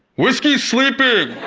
whiskey's sleeping!